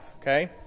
Okay